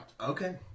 Okay